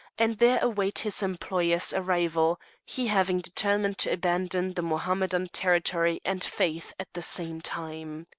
and there await his employer's arrival, he having determined to abandon the mohammedan territory and faith at the same time.